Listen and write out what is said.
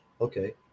okay